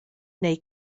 neu